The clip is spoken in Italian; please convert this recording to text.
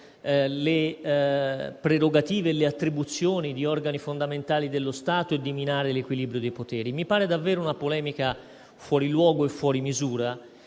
le prerogative e le attribuzioni di organi fondamentali dello Stato e di minare l'equilibrio dei poteri. Mi pare davvero una polemica fuori luogo e fuori misura.